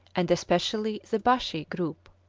and especially the baschi group.